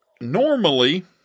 normally